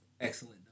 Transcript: Excellent